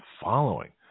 following